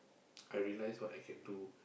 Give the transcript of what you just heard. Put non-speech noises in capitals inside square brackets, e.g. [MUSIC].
[NOISE] I realized what I can do